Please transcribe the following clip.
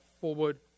forward